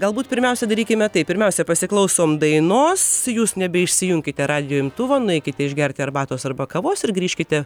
galbūt pirmiausia darykime taip pirmiausia pasiklausom dainos jūs nebe išsijunkite radijo imtuvo nueikite išgerti arbatos arba kavos ir grįžkite